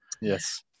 Yes